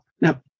Now